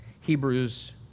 Hebrews